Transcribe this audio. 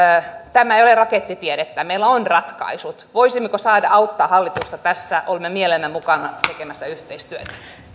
tämä ei ole rakettitiedettä meillä on ratkaisut voisimmeko saada auttaa hallitusta tässä olemme mielellämme mukana tekemässä yhteistyötä